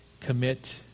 commit